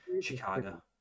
Chicago